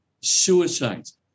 suicides